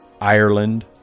Ireland